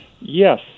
Yes